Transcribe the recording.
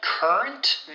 Current